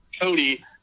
Cody